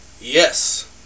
Yes